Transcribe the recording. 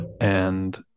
And-